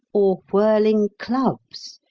or whirling clubs,